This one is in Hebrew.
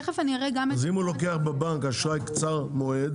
אז אם הוא לוקח בבנק אשראי קצר מועד